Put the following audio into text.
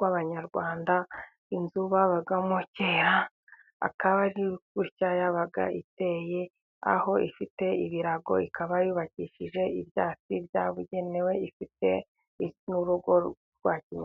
w'abanyarwanda. Inzu babagamo kera akaba ari gutya yabaga iteye. Aho ifite ibirago, ikaba yubakishije ibyatsi byabugenewe, ifite n'urugo rwa kinyarwanda.